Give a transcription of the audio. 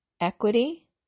equity